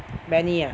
Benny ah